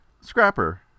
Scrapper